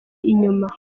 inyuma